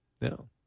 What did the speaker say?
No